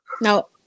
No